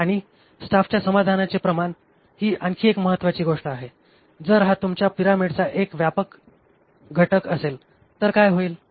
आणि स्टाफच्या समाधानाचे प्रमाण ही आणखी एक महत्वाची गोष्ट जर हा तुमच्या पिरॅमिडचा एक व्यापक घटक असेल तर काय होईल